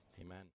Amen